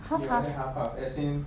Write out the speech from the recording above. we ordered half of as in